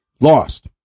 Lost